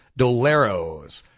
doleros